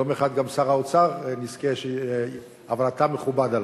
יום אחד גם שר האוצר, נזכה, אבל אתה מכובד עלי.